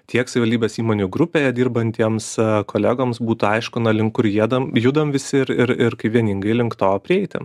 tiek savivaldybės įmonių grupėje dirbantiems kolegoms būtų aišku na link kur jiedam judam visi ir ir kaip vieningai link to prieiti